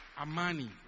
Amani